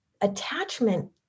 attachment